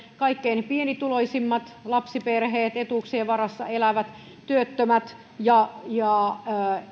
kaikkein pienituloisimmat lapsiperheet etuuksien varassa elävät työttömät ja ja